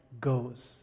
goes